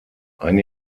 ein